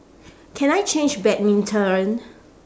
can I change badminton